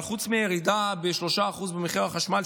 אבל חוץ מירידה ב-3% במחיר החשמל,